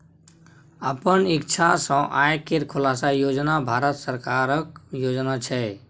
अपन इक्षा सँ आय केर खुलासा योजन भारत सरकारक योजना छै